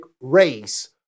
race